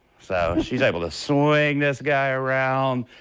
so, she's able to swing this guy around.